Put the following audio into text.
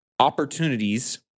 Opportunities